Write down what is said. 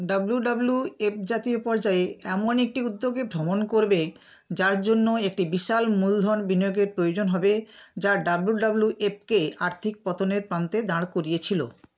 WWF জাতীয় পর্যায়ে এমন একটি উদ্যোগে ভ্রমণ করবে যার জন্য একটি বিশাল মূলধন বিনিয়োগের প্রয়োজন হবে যা ডব্লিউডব্লিউএফকে আর্থিক পতনের প্রান্তে দাঁড় করিয়েছিল